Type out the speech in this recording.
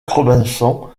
robinson